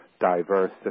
diverse